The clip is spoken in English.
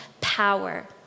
power